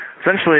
Essentially